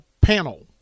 panel